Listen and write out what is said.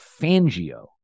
Fangio